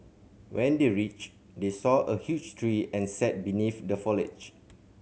when they reached they saw a huge tree and sat beneath the foliage